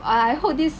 I hope this